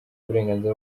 uburenganzira